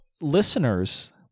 listeners